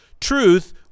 Truth